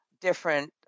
different